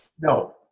No